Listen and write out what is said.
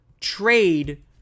trade